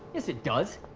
yes, it does.